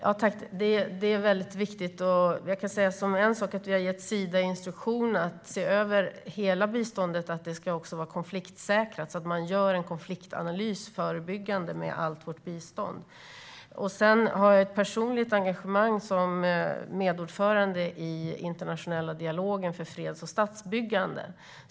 Herr talman! Det är väldigt viktigt. En sak vi har gjort är att ge Sida instruktioner att se över hela biståndet så att det ska vara konfliktsäkrat. Man gör en förebyggande konfliktanalys av allt vårt bistånd. Jag har ett personligt engagemang som medordförande i Internationella dialogen för freds och statsbyggande.